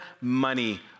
money